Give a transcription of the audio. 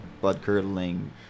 blood-curdling